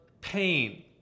pain